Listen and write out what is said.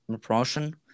promotion